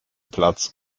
platz